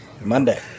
Monday